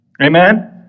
Amen